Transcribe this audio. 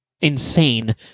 insane